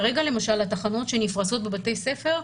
כרגע למשל התחנות שנפרסות בבתי ספר,